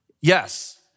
Yes